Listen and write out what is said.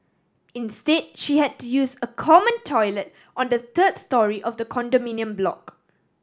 instead she had to use a common toilet on the third storey of the condominium block